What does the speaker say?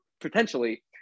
potentially